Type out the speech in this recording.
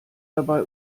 dabei